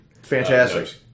Fantastic